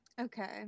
Okay